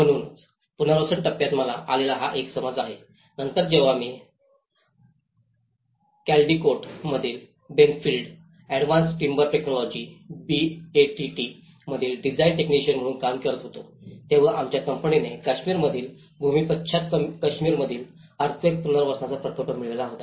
म्हणूनच पुनर्वसन टप्प्यात मला आलेला हा एक समज आहे नंतर जेव्हा मी कॅलडिकोट मधील Benfield advance timber technologies BATT मध्ये डिझाईन टेक्नीशियन म्हणून काम करत होतो तेव्हा आमच्या कंपनीने काश्मीरमध्ये भूमीपश्चात काश्मीरमधील अर्थक्वेक पुनर्वसनाचा प्रकल्प मिळविला होता